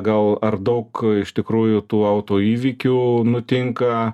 gal ar daug iš tikrųjų tų autoįvykių nutinka